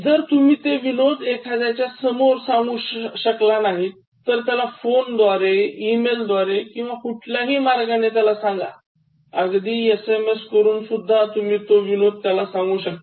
जर तुम्ही ते विनोद एखाद्याच्या समोर सांगू शकला नाहीत तर त्याला फोनद्वारे ईमेलद्वारे किंवा कुठल्याही मार्गाने त्याला सांगा एसएमएस करून सुद्धा तुम्ही तो विनोद त्याला सांगू शकता